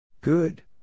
Good